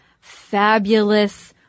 fabulous